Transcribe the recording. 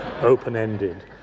open-ended